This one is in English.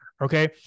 okay